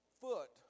foot